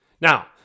Now